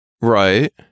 Right